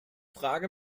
frage